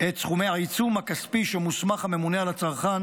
את סכומי העיצום הכספי שמוסמך הממונה על הצרכן